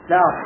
Now